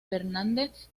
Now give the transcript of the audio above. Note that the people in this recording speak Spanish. fernández